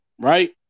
right